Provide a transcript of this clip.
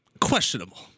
questionable